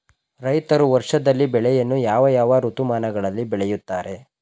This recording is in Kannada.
ರೈತರು ವರ್ಷದಲ್ಲಿ ಬೆಳೆಯನ್ನು ಯಾವ ಯಾವ ಋತುಮಾನಗಳಲ್ಲಿ ಬೆಳೆಯುತ್ತಾರೆ?